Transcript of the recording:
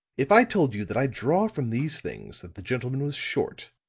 if i told you that i draw from these things that the gentleman was short,